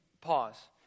Pause